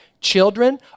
Children